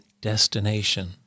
destination